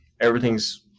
everything's